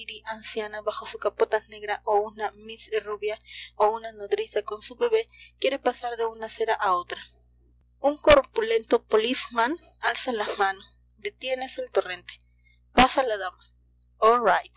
bajo su capota negra o una miss rubia o una nodriza con su bebé quiere pasar de una acera a otra un corpulento policeman alza la mano detiénese el torrente pasa la dama